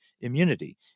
immunity